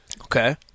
okay